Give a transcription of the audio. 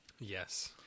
Yes